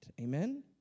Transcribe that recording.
Amen